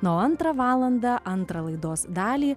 na o antrą valandą antrą laidos dalį